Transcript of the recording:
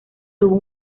tuvo